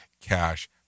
cash